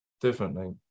differently